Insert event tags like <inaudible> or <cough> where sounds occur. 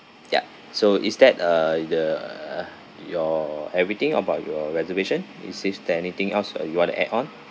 ya so is that uh it the <noise> your everything about your reservation is this there anything else uh you want to add on